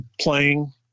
playing